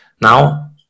Now